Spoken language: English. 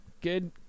Good